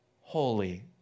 holy